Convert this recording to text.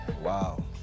Wow